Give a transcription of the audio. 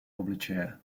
obličeje